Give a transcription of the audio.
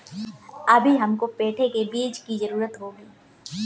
अभी हमको पेठे के बीज की जरूरत होगी